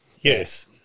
yes